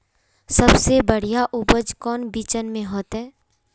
सबसे बढ़िया उपज कौन बिचन में होते?